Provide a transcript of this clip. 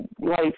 life